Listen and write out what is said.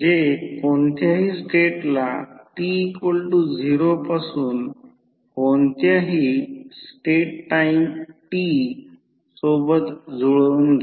जे कोणत्याही स्टेटला t0 पासून कोणत्याही स्टेट टाईम t सोबत जुळवून घेते